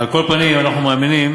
על כל פנים, אנחנו מאמינים